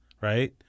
right